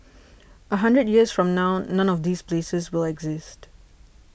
a hundred years from now none of these places will exist